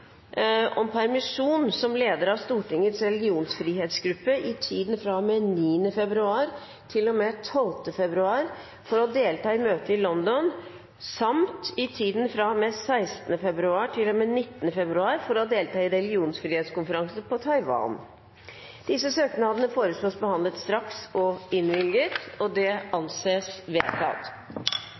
om permisjon, som leder av Stortingets religionsfrihetsgruppe, i tiden fra og med 9. februar til og med 12. februar for å delta i møte i London samt i tiden fra og med 16. februar til og med 19. februar for å delta i religionsfrihetskonferanse i Taiwan Disse søknadene foreslås behandlet straks og innvilget. – Det anses vedtatt.